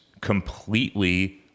completely